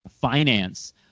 finance